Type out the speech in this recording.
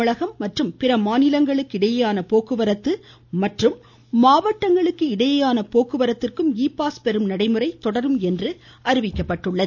தமிழகம் மற்றும் பிற மாநிலங்களுக்கும் இடையேயான போக்குவரத்து மற்றும் மாவட்டங்களுக்கிடையேயான போக்குவரத்திற்கு இ பாஸ் பெறும் நடைமுறை தொடரும் என்று அறிவிக்கப்பட்டுள்ளது